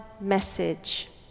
message